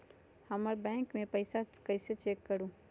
हमर बैंक में पईसा कईसे चेक करु?